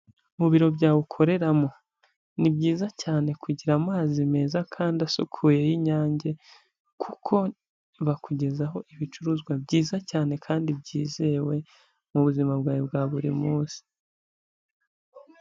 Mu biro byawe ukoreramo, ni byiza cyane kugira amazi meza kandi asukuye y'Inyange, kuko bakugezaho ibicuruzwa byiza cyane kandi byizewe mu buzima bwawe bwa buri munsi.